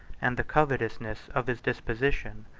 and the covetousness of his disposition.